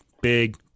big